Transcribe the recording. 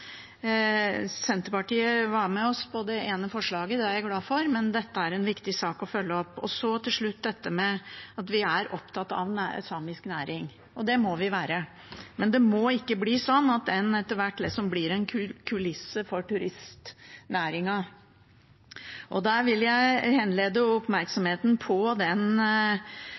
Senterpartiet var med oss på det ene forslaget, det er jeg glad for. Dette er en viktig sak å følge opp. Til slutt til dette at vi er opptatt av samisk næring. Det må vi være, men det må ikke bli sånn at den etter hvert blir liksom en kulisse for turistnæringen. Her vil jeg henlede oppmerksomheten på